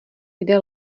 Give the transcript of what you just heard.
kde